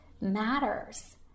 matters